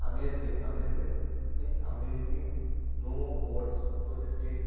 amazing amazing means amazing no words to explain